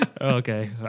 okay